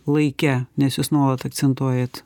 laike nes jūs nuolat akcentuojat